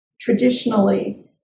traditionally